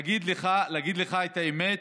להגיד לך את האמת?